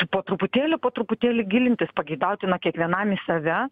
po truputėlį po truputėlį gilintis pageidautina kiekvienam į save